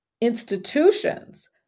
institutions